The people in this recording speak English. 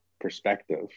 perspective